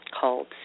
called